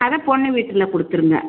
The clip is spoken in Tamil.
அதை பொண்ணு வீட்டில கொடுத்துருங்க